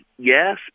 Yes